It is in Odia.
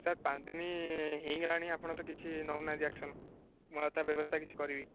ସାର୍ ପାଞ୍ଚ ଦିନ ହେଇଗଲାଣି ଆପଣ ତ କିଛି ନେଉନାହାନ୍ତି ଆକ୍ସନ୍ ମୁଁ ଆଉ ତା' ବ୍ୟବସ୍ଥା କିଛି କରିବି